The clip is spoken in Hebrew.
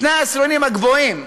שני העשירונים הגבוהים,